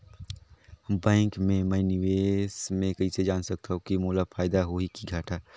Bank मे मैं निवेश मे कइसे जान सकथव कि मोला फायदा होही कि घाटा?